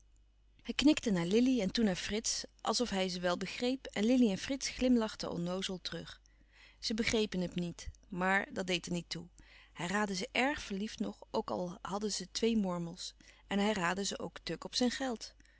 hij knikte naar lili en toen naar frits als of hij ze wel begreep en lili en frits glimlachten onnoozel terug ze begrepen hem niet maar dat deed er niet toe hij raadde ze èrg verliefd nog ook al hadden ze twee mormels en hij raadde ze ook tuk op zijn beetje geld